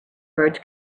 birds